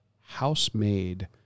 house-made